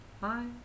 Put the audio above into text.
hi